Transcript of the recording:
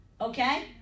okay